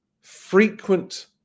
frequent